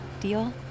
Deal